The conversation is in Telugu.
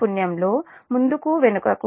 పున్యం లో ముందుకు వెనుకకు